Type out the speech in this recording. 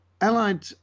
Allied